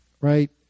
right